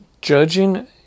judging